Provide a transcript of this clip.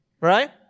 right